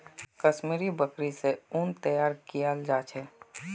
कश्मीरी बकरि स उन तैयार कियाल जा छेक